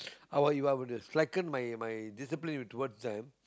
I were you I wouldn't slacken my my discipline towards them